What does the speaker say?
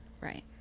Right